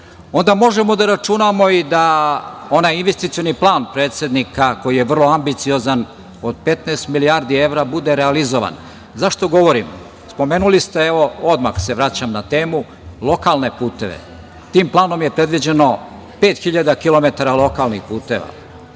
onda možemo da računamo i da onaj investicioni plan predsednika, koji je vrlo ambiciozan, od 15 milijardi evra bude realizovan.Zašto govorim? Spomenuli ste, odmah se vraćam na temu, lokalne puteve. Tim planom je predviđeno 5.000 kilometara lokalnih puteva.